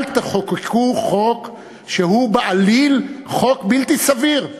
אל תחוקקו חוק שהוא בעליל חוק בלתי סביר,